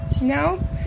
No